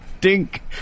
dink